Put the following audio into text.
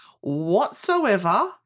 whatsoever